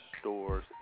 stores